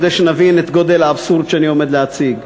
כדי שנבין את גודל האבסורד שאני עומד להציג.